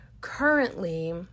Currently